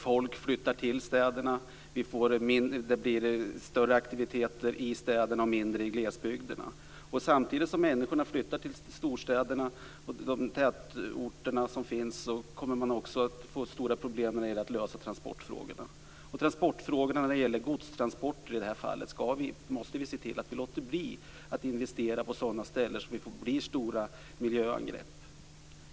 Folk flyttar till städerna, och vi får större aktivitet i städerna och mindre i glesbygderna. Samtidigt som människorna flyttar till storstäderna och tätorterna kommer man också att få stora problem med att lösa transportfrågorna. När det gäller dessa, i det här fallet godstransporterna, måste vi se till att låta bli att investera i sådant som medför stora miljöangrepp.